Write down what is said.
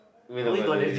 when on got do you